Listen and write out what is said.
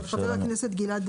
אני חושבת שהידע של חברי ועדת